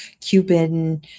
Cuban